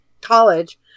college